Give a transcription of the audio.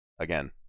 again